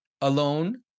alone